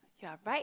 you are right